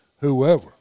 whoever